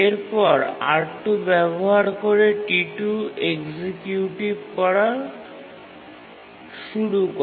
এরপর R2 ব্যবহার করে T2 এক্সিকিউটিভ করা শুরু করে